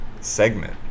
segment